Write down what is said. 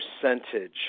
percentage